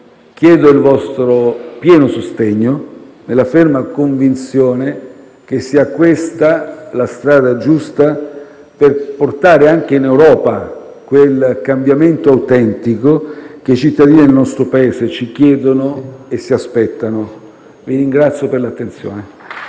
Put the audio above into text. Chiedo il vostro pieno sostegno, nella ferma convinzione che sia questa la strada giusta per portare anche in Europa quel cambiamento autentico che i cittadini del nostro Paese ci chiedono e si aspettano. Vi ringrazio per l'attenzione.